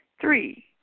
Three